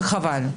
וחבל.